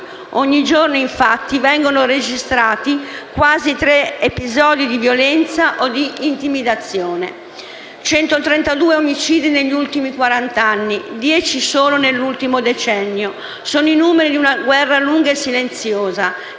Ogni giorno infatti vengono registrati quasi tre episodi di violenza o di intimidazione. Centotrentadue omicidi negli ultimi quarant'anni, dieci solo nell'ultimo decennio, sono i numeri di una guerra lunga e silenziosa